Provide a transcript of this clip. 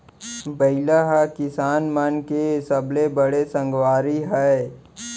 बइला ह किसान मन के सबले बड़े संगवारी हय